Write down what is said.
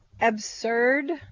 absurd